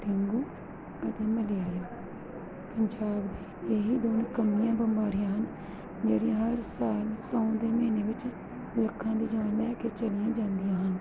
dengue ਅਤੇ malaria Punjab ਦੀਆਂ ਇਹੀ ਦੋ ਨਿਕੰਮੀਆਂ ਬਿਮਾਰੀਆਂ ਹਨ ਜਿਹੜੀ ਹਰ ਸਾਲ ਸਾਉਣ ਦੇ ਮਹੀਨੇ ਵਿੱਚ ਲੱਖਾਂ ਦੀ ਜਾਨ ਲੈ ਕੇ ਚਲੀਆਂ ਜਾਂਦੀਆਂ ਹਨ